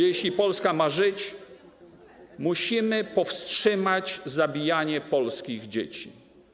Jeśli Polska ma żyć, musimy powstrzymać zabijanie polskich dzieci.